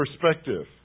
perspective